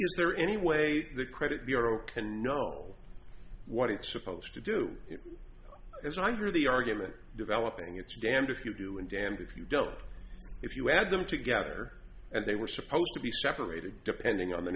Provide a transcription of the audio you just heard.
is there any way the credit bureau can know what it's supposed to do it's under the argument developing it's damned if you do and damned if you don't if you add them together and they were supposed to be separated depending on the